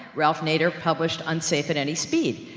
ralph nader published unsafe at any speed.